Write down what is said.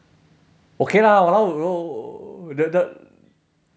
okay lah !walao! you know the the